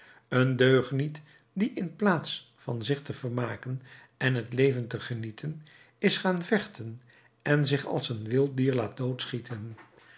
een deugniet die in plaats van zich te vermaken en het leven te genieten is gaan vechten en zich als een wild dier laat doodschieten